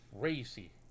crazy